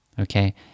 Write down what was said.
okay